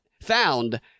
found